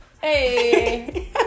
hey